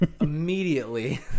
Immediately